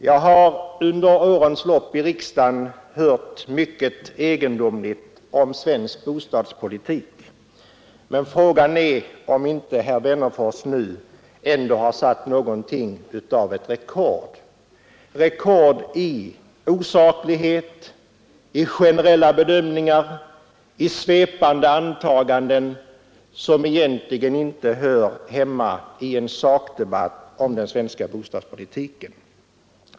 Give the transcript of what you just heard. Jag har under årens lopp hört mycket egendomligt i riksdagen om svensk bostadspolitik, men frågan är om inte herr Wennerfors nu ändå har satt något av ett rekord i osaklighet, i generella bedömningar och i svepande antaganden, som egentligen inte hör hemma i en sakdebatt om den svenska bostadspolitiken.